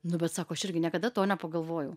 nu bet sako aš irgi niekada to nepagalvojau